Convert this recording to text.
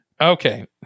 okay